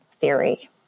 theory